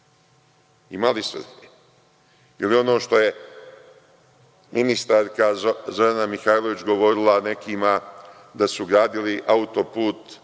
Ima li svrhe? Ili ono što je ministarka Zorana Mihajlović govorila nekima, da su gradili autoput